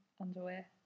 underwear